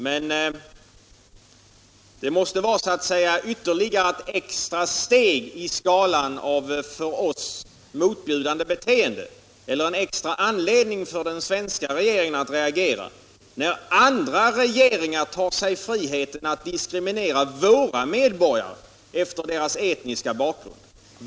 Men det måste vara så att säga ett ytterligare steg på skalan av för oss motbjudande beteenden eller en extra anledning för den svenska regeringen att agera när andra regeringar tar sig friheten att diskriminera våra medborgare efter deras etniska bakgrund.